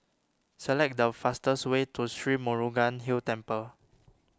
select the fastest way to Sri Murugan Hill Temple